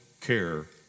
care